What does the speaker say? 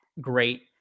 great